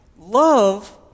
love